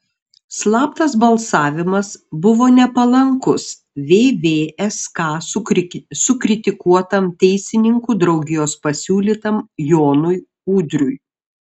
slaptas balsavimas buvo nepalankus vvsk sukritikuotam teisininkų draugijos pasiūlytam jonui udriui